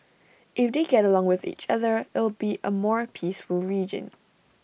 if they get along with each other it'll be A more peaceful region